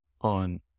on